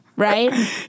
Right